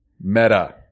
meta